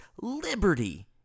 Liberty